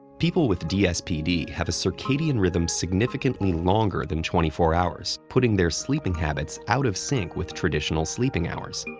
people with dspd have a circadian rhythm significantly longer than twenty four hours, putting their sleeping habits out of sync with traditional sleeping hours.